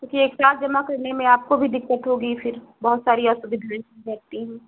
क्योंकि एक साथ जमा करने में आपको भी भी दिक्कत होगी फिर बहुत सारी असुविधाएं होती हैं